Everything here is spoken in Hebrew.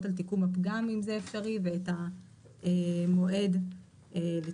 לתיקון הפגם אם זה אפשרי ואת המועד לתיקון.